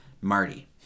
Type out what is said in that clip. Marty